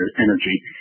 energy